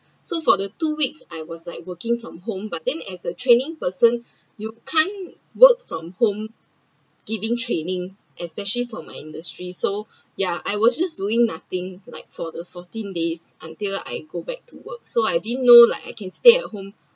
so for the two weeks I was like working from home but then as a training person you can’t work from home giving training especially for my industry so ya I was just doing nothing like for the fourteen days until I go back to work so I didn’t know like I can stay at home